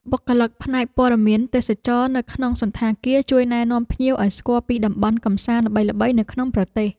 បុគ្គលិកផ្នែកព័ត៌មានទេសចរណ៍នៅក្នុងសណ្ឋាគារជួយណែនាំភ្ញៀវឱ្យស្គាល់ពីតំបន់កម្សាន្តល្បីៗនៅក្នុងប្រទេស។